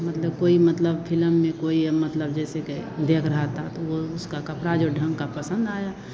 मतलब कोई मतलब फिलम में कोई ये मतलब ये जैसे कि देख रहा था तो वो उसका कपड़ा जो ढंग का पसंद आया